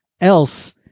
else